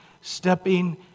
stepping